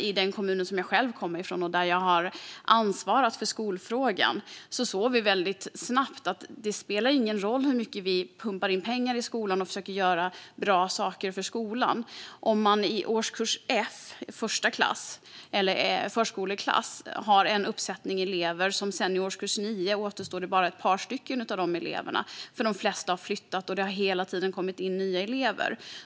I den kommun som jag själv kommer från och där jag har ansvarat för skolfrågan såg vi snabbt att det inte spelar någon roll hur mycket pengar vi pumpar in i skolan och hur mycket bra saker vi försöker göra för skolan om bara ett par av den uppsättning elever man har i förskoleklass finns kvar i årskurs nio. De flesta har nämligen flyttat, och det har hela tiden kommit in nya elever.